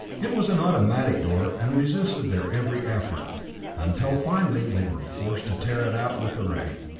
it was an automatic door, and resisted their every effort until finally they were forced to tear it out with a ray.